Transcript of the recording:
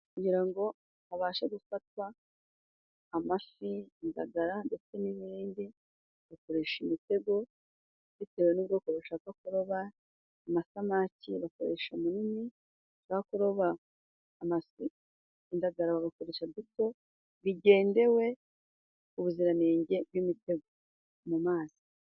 Kugira ngo habashe gufatwa, amafi indagara ndetse n'ibindi bakoresha imitego, bitewe n'ubwoko bashaka kuroba. Amasamaki bakoresha minini bashaka kuroba amafi n'indagara, bakoresha duto bigendewe ku buziranenge bw'imitego mu mazi.